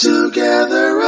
Together